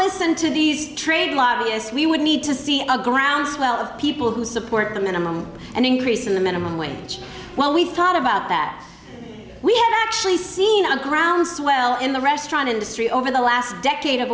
listen to these trade lobbyists we would need to see a groundswell of people who support the minimum and increase in the minimum wage while we thought about that we have actually seen a groundswell in the restaurant industry over the last decade of